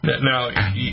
Now